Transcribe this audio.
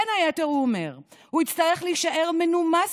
בין היתר הוא אומר: הוא יצטרך להישאר מנומס